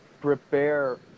prepare